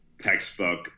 textbook